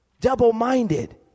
double-minded